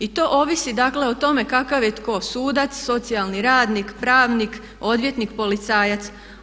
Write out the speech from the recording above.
I to ovisi dakle o tome kakav je tko sudac, socijalni radnik, pravnik, odvjetnik, policajac.